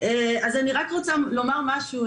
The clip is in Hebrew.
רק רוצה לומר משהו.